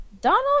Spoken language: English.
Donald